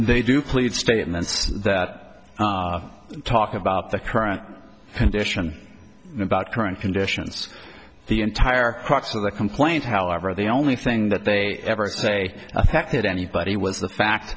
they do plead statements that talk about the current condition about current conditions the entire crux of the complaint however the only thing that they ever say affected anybody was the fact